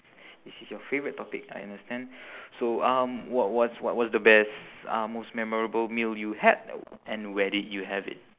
this is your favourite topic I understand so um what was what was the best uh most memorable meal you had and where did you have it